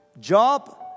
Job